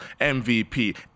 MVP